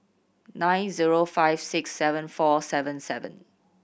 nine zero five six seven four seven seven